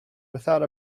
without